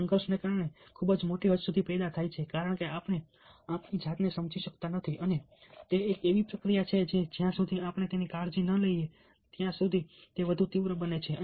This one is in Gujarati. સંઘર્ષને કારણે ખૂબ જ મોટી હદ સુધી પેદા થાય છે કારણ કે આપણે આપણી જાતને સમજી શકતા નથી અને તે એક એવી પ્રક્રિયા છે જે જ્યાં સુધી આપણે તેની કાળજી ન લઈએ ત્યાં સુધી તે વધુ તીવ્ર બને છે